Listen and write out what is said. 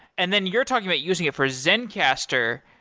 and then, you're talking about using it for zencastr.